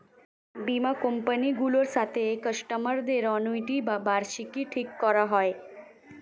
বীমা কোম্পানি গুলোর সাথে কাস্টমার দের অ্যানুইটি বা বার্ষিকী ঠিক করা হয়